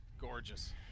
gorgeous